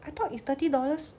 I thought it's thirty dollars